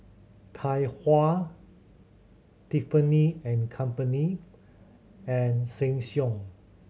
Tai Hua Tiffany and Company and Sheng Siong